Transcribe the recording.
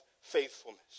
faithfulness